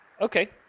Okay